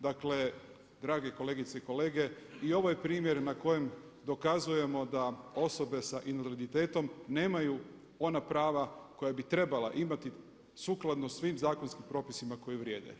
Dakle, dragi kolegice i kolege, i ovo je primjer na kojem dokazujemo da osobe s invaliditetom nemaju ona prava koja bi trebala imati sukladno svim zakonski propisima koji vrijede.